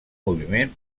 moviment